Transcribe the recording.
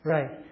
Right